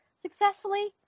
successfully